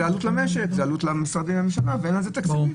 זאת עלות למשק וזאת עלות למשרדי הממשלה ואין לזה תקציב.